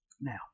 Now